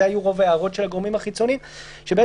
היו רוב ההערות של הגורמים החיצוניים שמה